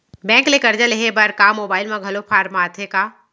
Bank ले करजा लेहे बर का मोबाइल म घलो फार्म आथे का?